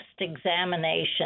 examination